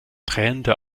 tränende